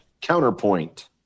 counterpoint